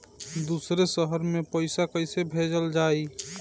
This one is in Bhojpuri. दूसरे शहर में पइसा कईसे भेजल जयी?